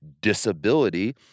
disability